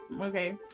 Okay